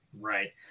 Right